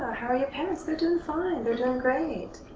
how are your parents? they're doing fine. they're doing great.